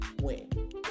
win